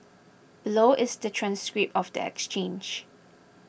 below is the transcript of the exchange